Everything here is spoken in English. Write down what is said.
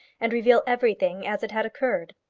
and reveal everything as it had occurred.